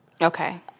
Okay